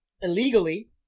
illegally